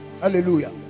Hallelujah